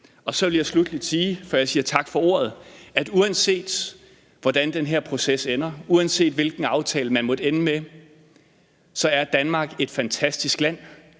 Så vil jeg sluttelig sige, før jeg siger tak for ordet, at uanset hvordan den her proces ender, og uanset hvilken aftale man måtte ende med, så er Danmark et fantastisk land.